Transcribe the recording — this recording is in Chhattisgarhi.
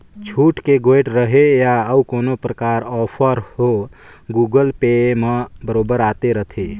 छुट के गोयठ रहें या अउ कोनो परकार आफर हो गुगल पे म बरोबर आते रथे